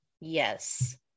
Yes